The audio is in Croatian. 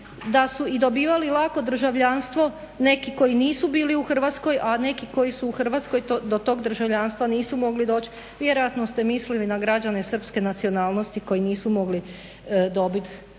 da su dobivali lako državljanstvo neki koji nisu bili u Hrvatskoj, a neki koji su u Hrvatskoj do toga državljanstva nisu mogli doći. Vjerojatno ste mislili na građane srpske nacionalnosti koji nisu mogli dobiti